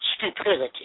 stupidity